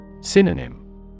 Synonym